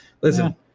Listen